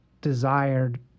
desired